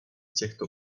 těchto